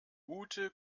ute